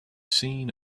seen